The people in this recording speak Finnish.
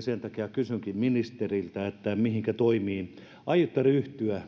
sen takia kysynkin ministeriltä mihinkä toimiin aiotte ryhtyä